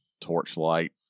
Torchlight